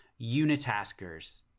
unitaskers